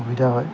সুবিধা হয়